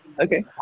Okay